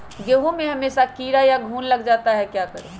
गेंहू में हमेसा कीड़ा या घुन लग जाता है क्या करें?